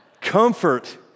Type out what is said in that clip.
Comfort